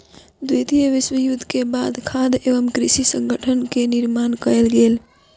द्वितीय विश्व युद्ध के बाद खाद्य एवं कृषि संगठन के निर्माण कयल गेल